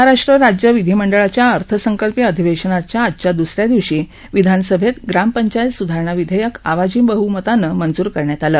महाराष्ट्र राज्य विधी मंडळाच्या अर्थसंकल्पीय अधिवेशनाच्या आजच्या द्स दिवशी विधानसभेमध्ये ग्राम पंचायत सुधारणा विधेयक आवाजी बहमतानं मंजूर करण्यात आलं